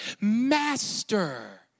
Master